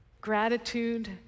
Gratitude